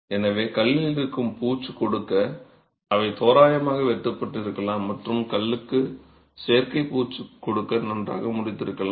எனவே கல்லில் இருக்கும் பூச்சு கொடுக்க அவை தோராயமாக வெட்டப்பட்டிருக்கலாம் மற்றும் கல்லுக்கும் செயற்கை பூச்சு கொடுக்க நன்றாக முடித்திருக்கலாம்